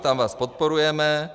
Tam vás podporujeme.